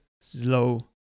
slow